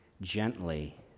gently